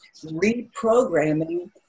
reprogramming